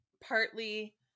partly